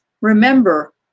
remember